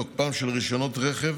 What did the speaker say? את תוקפם של רישיונות רכב,